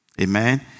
Amen